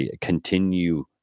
continue –